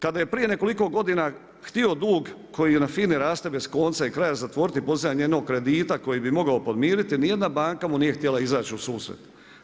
Kada je prije nekoliko godina htio dug koji na FINI raste bez konca i kraja zatvoriti … kredita kojeg bi mogao podmiriti, ni jedna banka mu nije htjela izaći u susret.